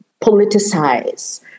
politicize